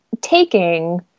taking